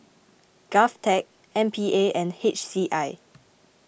Govtech M P A and H C I